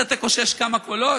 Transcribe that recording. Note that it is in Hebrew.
אתה תקושש כמה קולות?